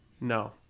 No